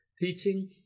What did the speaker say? Teaching